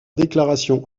déclaration